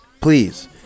please